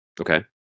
Okay